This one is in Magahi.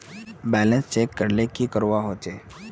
बैलेंस चेक करले की करवा होचे?